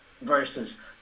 versus